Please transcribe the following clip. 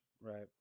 right